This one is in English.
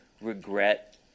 regret